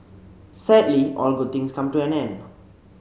sadly all good things come to an end